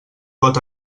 pot